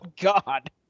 God